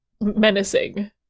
menacing